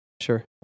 Sure